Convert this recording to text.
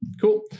Cool